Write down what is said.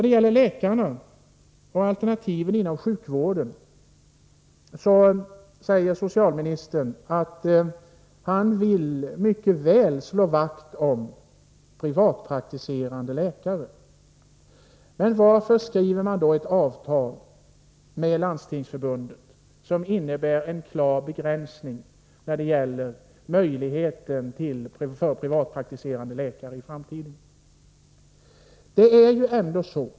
Beträffande läkarna och alternativen inom sjukvården säger socialministern att han mycket väl vill slå vakt om privatpraktiserande läkare. Men varför skriver man då ett avtal med Landstingsförbundet som innebär en klar begränsning när det gäller möjligheten för privatpraktiserande läkare i framtiden?